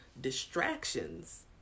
distractions